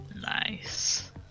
Nice